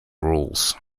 rules